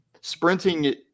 sprinting